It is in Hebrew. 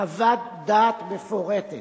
חוות דעת מפורטת